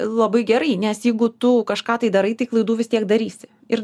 labai gerai nes jeigu tu kažką tai darai tai klaidų vis tiek darysi ir